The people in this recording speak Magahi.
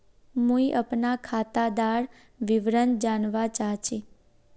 मुई अपना खातादार विवरण जानवा चाहची?